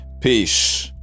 peace